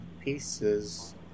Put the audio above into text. pieces